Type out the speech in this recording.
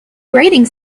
grating